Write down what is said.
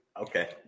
Okay